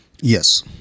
Yes